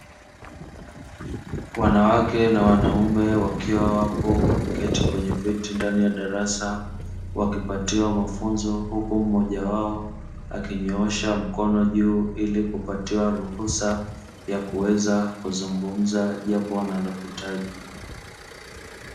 Wanawake na wanaume wakiwa wapo wameketi kwenye viti ndani ya darasa, wakipatiwa mafunzo huku mmoja wao akinyoosha mkono juu ili kupatiwa ruhusa yakuweza kuzungumza jambo analo hitaji.